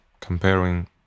comparing